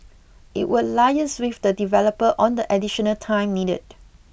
it will liaise with the developer on the additional time needed